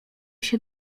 się